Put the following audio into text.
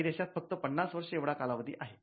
काही देशात फक्त पन्नास वर्षे एवढा कालावधी आहे